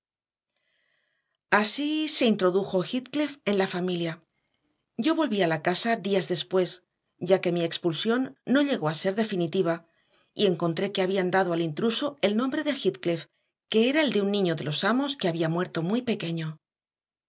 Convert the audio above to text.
así se introdujo heathcliff en la familia yo volví a la casa días después ya que mi expulsión no llegó a ser definitiva y encontré que habían dado al intruso el nombre de heathcliff que era el de un niño de los amos que había muerto muy pequeño